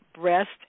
Breast